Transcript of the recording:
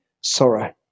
sorrow